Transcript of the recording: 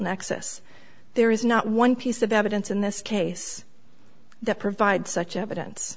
nexus there is not one piece of evidence in this case that provides such evidence